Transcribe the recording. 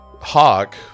Hawk